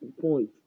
points